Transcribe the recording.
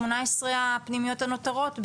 18 הפנימיות הנותרות,